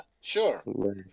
sure